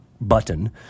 button